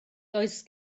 does